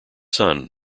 son